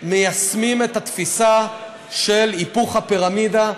מיישמים את התפיסה של היפוך הפירמידה,